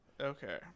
okay